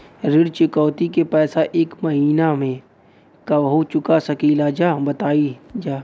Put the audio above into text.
ऋण चुकौती के पैसा एक महिना मे कबहू चुका सकीला जा बताईन जा?